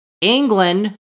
England